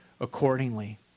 accordingly